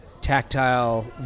tactile